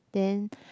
then